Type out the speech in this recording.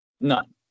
None